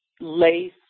lace